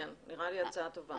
זאת נראית לי הצעה טובה.